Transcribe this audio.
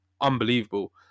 unbelievable